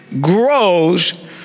grows